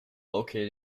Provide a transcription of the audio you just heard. located